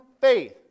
faith